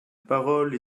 parole